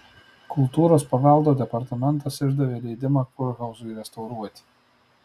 kultūros paveldo departamentas išdavė leidimą kurhauzui restauruoti